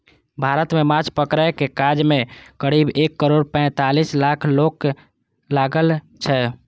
भारत मे माछ पकड़ै के काज मे करीब एक करोड़ पैंतालीस लाख लोक लागल छै